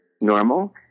normal